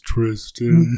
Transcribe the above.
Tristan